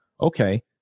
okay